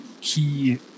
key